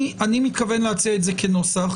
מתכוון להציע את זה כנוסח.